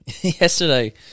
Yesterday